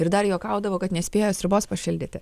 ir dar juokaudavo kad nespėjo sriubos pašildyti